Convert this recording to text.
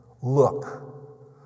look